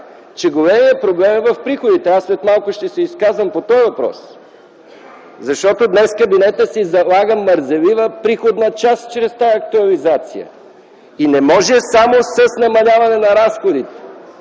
че големият проблем е в приходите. Аз след малко ще се изказвам по този въпрос. Защото днес кабинетът си залага мързелива приходна част чрез тази актуализация. И не може само с намаляване на разходите.